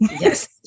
Yes